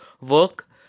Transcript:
work